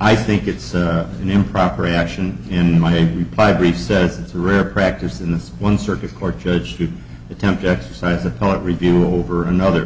i think it's an improper action in my reply brief says it's a rare practice in this one circuit court judge to attempt to exercise a poet review over another